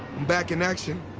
back in action.